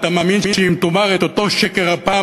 אתה מאמין שאם תאמר את אותו שקר פעם